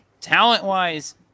talent-wise